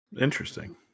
Interesting